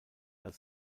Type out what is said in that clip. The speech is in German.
als